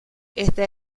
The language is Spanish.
esta